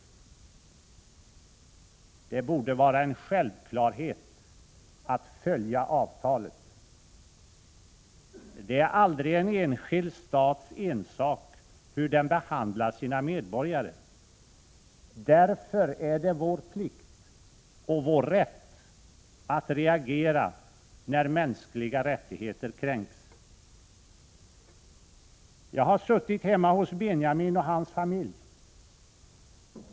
Det borde vara en självklarhet att följa avtalet. Det är aldrig en enskild stats ensak hur den behandlar sina medborgare. Därför är det vår plikt — och vår rätt — att reagera när mänskliga rättigheter kränks. Jag har suttit hemma hos Benjamin och hans familj.